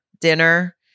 Dinner